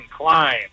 climb